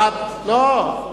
לא.